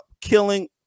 killing